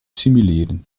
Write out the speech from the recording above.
simuleren